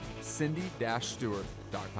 cindy-stewart.com